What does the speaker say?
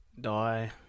die